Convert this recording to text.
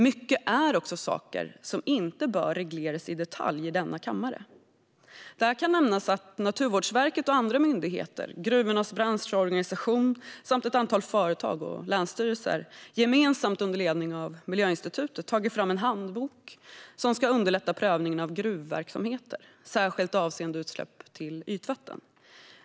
Det är också många saker som inte bör regleras i detalj i denna kammare. Det kan nämnas att Naturvårdsverket, andra myndigheter, gruvornas branschorganisation samt ett antal företag och länsstyrelser gemensamt under ledning av Miljöinstitutet har tagit fram en handbok som ska underlätta prövningen av gruvverksamheter, särskilt avseende utsläpp till ytvatten.